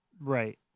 Right